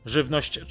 Żywność